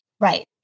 Right